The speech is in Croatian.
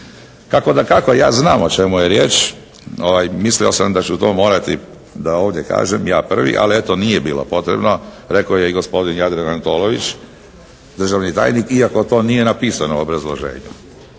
Tako dakako ja znam o čemu je riječ. Mislio sam da ću to morati da ovdje kažem ja prvi, ali eto, nije bilo potrebno. Rekao je i gospodin Jadran Antolović, državni tajnik iako to nije napisano u obrazloženju.